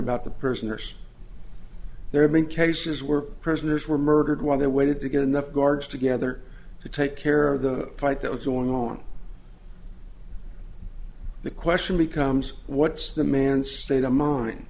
about the person there's there have been cases where prisoners were murdered while they waited to get enough guards together to take care of the fight that was going on the question becomes what's the man's state of mind